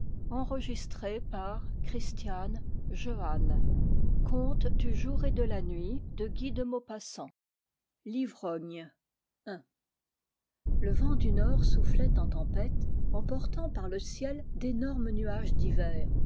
du jour et de la nuit le vent du nord soufflait en tempête emportant par le ciel d'énormes nuages d'hiver